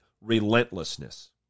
relentlessness